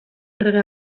errege